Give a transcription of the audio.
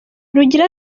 rugira